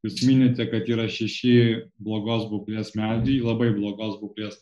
jūs minite kad yra šeši blogos būklės medžiai labai blogos būklės